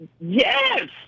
Yes